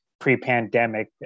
pre-pandemic